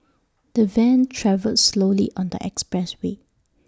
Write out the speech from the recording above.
the van travelled slowly on the expressway